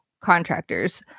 contractors